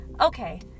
Okay